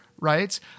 right